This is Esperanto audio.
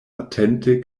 atente